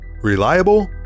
Reliable